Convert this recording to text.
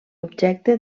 objecte